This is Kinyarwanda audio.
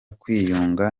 kwiyunga